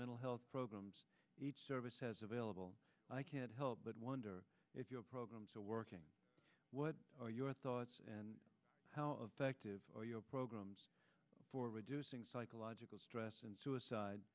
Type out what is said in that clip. mental health programs each service has available i can't help but wonder if your programs are working what are your thoughts and how effective are your programs for reducing psychological stress and suicide